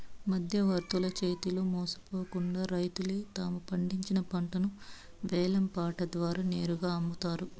మధ్యవర్తుల చేతిలో మోసపోకుండా రైతులే తాము పండించిన పంటను వేలం పాట ద్వారా నేరుగా అమ్ముతారు